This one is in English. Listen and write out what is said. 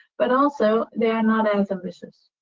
but also, they are not as ambitious.